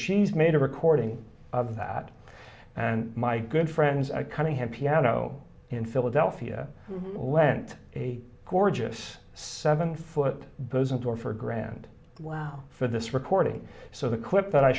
she's made a recording of that and my good friends i kind of had piano in philadelphia went a gorgeous seven foot doesn't offer a grand wow for this recording so the quip that i